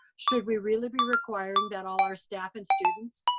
should we really be requiring that all our staff and students?